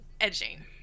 edging